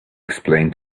explain